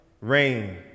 rain